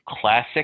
classic